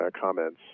comments